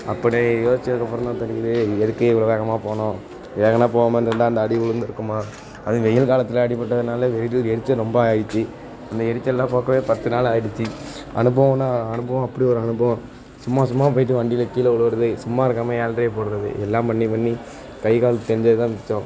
அப்படி யோசிச்சதுக்கு அப்பறம்தான் தெரிஞ்சிது எதுக்கு இவ்வளோ வேகமாக போனோம் வேகனாக போவாமல் இருந்துருந்தா அந்த அடி விழுந்துருந்துருக்குமா அதுவும் வெயில் காலத்தில் அடிப்பட்டதுனால வெயில் எரிச்சல் ரொம்ப ஆயிடுச்சு அந்த எரிச்சல் எல்லாம் போக்கவே பத்து நாள் ஆயிடுச்சு அனுபவம்ன்னா அனுபவம் அப்படி ஒரு அனுபவம் சும்மா சும்மா போயிட்டு வண்டியில கீழ விலுவுறது சும்மா இருக்காமல் ஏழ்ட்ரைய போடுறது எல்லாம் பண்ணி பண்ணி கை கால் தேய்ஞ்சதுதான் மிச்சம்